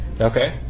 Okay